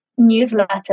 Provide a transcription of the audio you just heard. newsletter